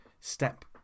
step